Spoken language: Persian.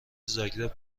زاگرب